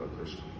Christian